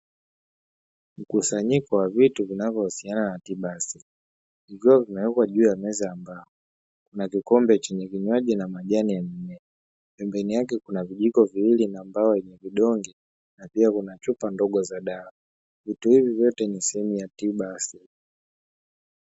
Mkusanyiko wa vitu vinavyohusiana na tiba asili vikiwa vimewekwa juu ya meza ya mbao na kikombe chenye vinywaji na majani ya mimea, pembeni yake kuna vijiko viwili na mbao yenye vidonge na pia kuna chupa ndogo za dawa. Vitu hivi vyote ni sehemu ya tiba asili.